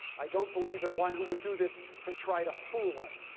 i don't believe in one who would do this to try to fool us.